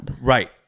Right